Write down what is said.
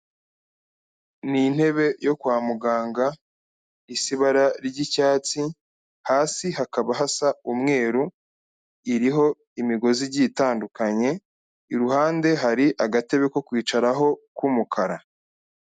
Ni intebe yo kwa muganga isa ibara ry'icyatsi hasi hakaba hasa umweru, iriho imigozi igiye itandukanye, iruhande hari agatebe ko kwicaraho k'umukara.